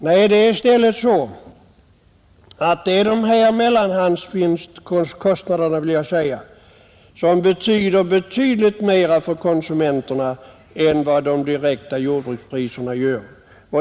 Nej, mellanhandskostnaderna betyder mycket mer för konsumenterna än de direkta jordbrukspriserna.